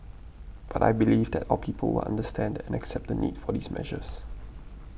but I believe that our people will understand and accept the need for these measures